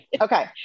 Okay